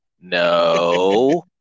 No